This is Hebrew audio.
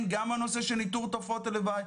גם הנושא של ניטור תופעות הלוואי,